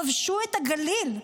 כבשו את הגליל.